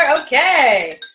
Okay